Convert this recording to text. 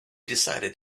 decided